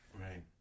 Right